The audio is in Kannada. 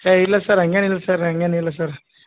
ಏ ಇಲ್ಲ ಸರ್ ಹಂಗೇನಿಲ್ಲ ಸರ್ ಹಂಗೇನಿಲ್ಲ ಸರ್